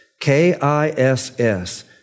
K-I-S-S